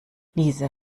diese